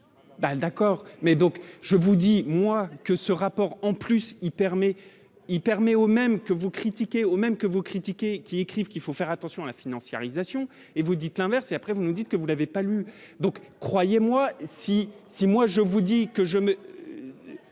d'accord, mais donc je vous dis moi que ce rapport, en plus, il permet, il permet aux même que vous critiquez au même que vous critiquez qui écrivent qu'il faut faire attention à la financiarisation et vous dites l'inverse et après, vous nous dites que vous n'avez pas lu, donc, croyez-moi, si si, moi je vous dis que je me